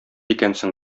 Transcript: икәнсең